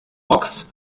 ochs